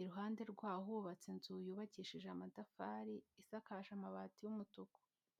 iruhande rwaho hubatse inzu yubakishije amatafari, isakaje amabati y'umutuku.